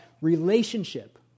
relationship